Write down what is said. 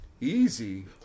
easy